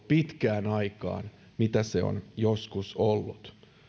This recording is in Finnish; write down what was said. pitkään aikaan sille tasolle millä se on joskus ollut